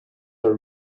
are